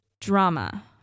drama